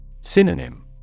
Synonym